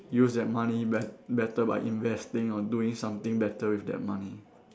use that money bet~ better by investing or doing something better with that money